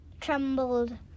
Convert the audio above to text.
trembled